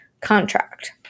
contract